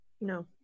No